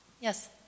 Yes